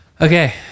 Okay